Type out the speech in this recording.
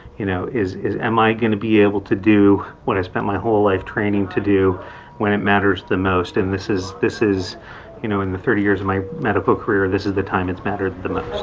you know, is is am i going to be able to do what i spent my whole life training to do when it matters the most? and this is this is you know, in the thirty years of my medical career, this is the time it's mattered the most